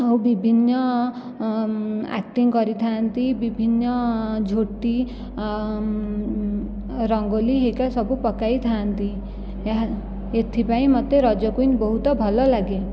ଓ ବିଭିନ୍ନ ଆକ୍ଟିଂ କରିଥାନ୍ତି ବିଭିନ୍ନ ଝୋଟି ରଙ୍ଗୋଲି ହେରିକା ସବୁ ପକାଇଥାନ୍ତି ଏହା ଏଥିପାଇଁ ମୋତେ ରଜ କୁଇନ ବହୁତ ଭଲ ଲାଗେ